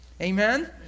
Amen